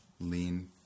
lean